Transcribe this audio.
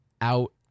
out